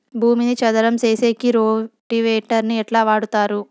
భూమిని చదరం సేసేకి రోటివేటర్ ని ఎట్లా వాడుతారు?